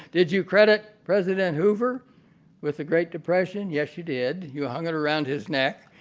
did you credit president hoover with the great depression, yes, you did, you hung it around his neck.